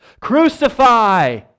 Crucify